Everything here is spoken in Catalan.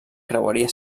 creueria